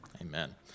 amen